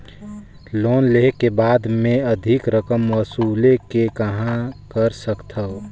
Loan लेहे के बाद मे अधिक रकम वसूले के कहां कर सकथव?